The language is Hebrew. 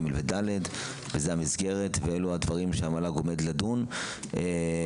ג' ו-ד' וזאת המסגרת ואלו הדברים שהמל"ג עומד לדון בהם,